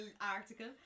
article